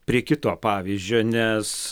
prie kito pavyzdžio nes